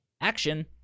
action